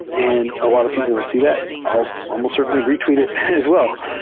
and a lot of people will see that, and i'll almost certainly re-tweet it as wel l.